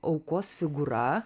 aukos figūra